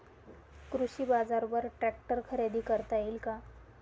कृषी बाजारवर ट्रॅक्टर खरेदी करता येईल का?